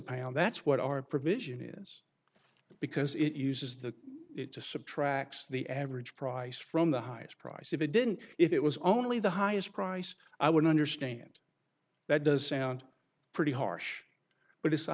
pound that's what our provision is because it uses the it to subtracts the average price from the highest price if it didn't if it was only the highest price i would understand that does sound pretty harsh but it's the